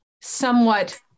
somewhat